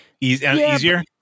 Easier